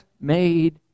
made